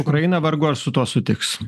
ukraina vargu ar su tuo sutiks